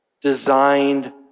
designed